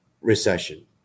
recession